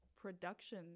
production